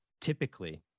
typically